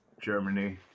Germany